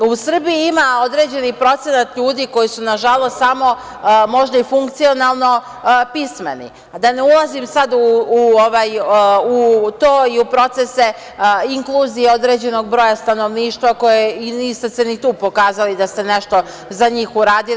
U Srbiji ima određeni procenat ljudi koji su nažalost samo, možda i funkcionalno pismeni, da ne ulazim sada u to i u procese inkluzija određenog broja stanovništva, ni tu se niste pokazali da ste nešto za njih uradili.